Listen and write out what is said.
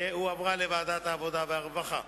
והועברה לוועדת העבודה והרווחה.